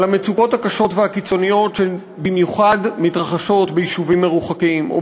על המצוקות הקשות והקיצוניות שבמיוחד מתרחשות ביישובים מרוחקים או